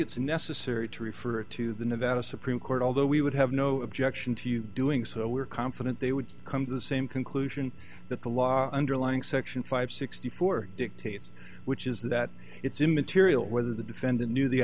it's necessary to refer to the nevada supreme court although we would have no objection to you doing so we're confident they would come to the same conclusion that the law underlying section five sixty four dollars dictates which is that it's immaterial whether the defendant knew the